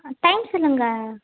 ஆ time சொல்லுங்கள்